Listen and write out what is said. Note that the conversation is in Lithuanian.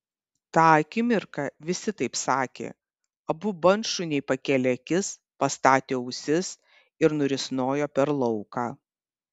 tą akimirką visi taip sakė abu bandšuniai pakėlė akis pastatė ausis ir nurisnojo per lauką